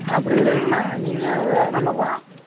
அப்படி இல்லைன்னா நீங்கள் வேறு எடம் பார்க்கலாம்